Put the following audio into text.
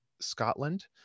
Scotland